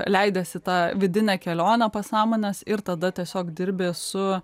leidies į tą vidinę kelionę pasąmonės ir tada tiesiog dirbi su